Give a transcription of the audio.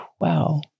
wow